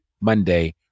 Monday